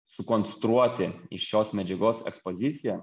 sukonstruoti iš šios medžiagos ekspoziciją